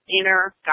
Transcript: inner